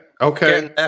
okay